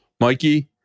Mikey